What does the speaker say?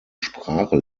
sprache